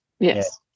Yes